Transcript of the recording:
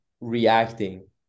reacting